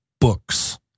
books